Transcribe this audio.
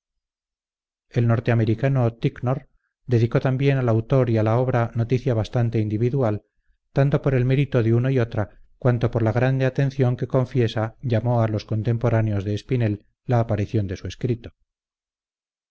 el norte americano ticknor dedicó también al autor y a la obra noticia bastante individual tanto por el mérito de uno y otra cuanto por la grande atención que confiesa llamó a los contemporáneos de espinel la aparición de su escrito